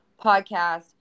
podcast